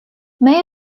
may